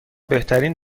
بهترین